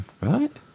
Right